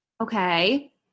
Okay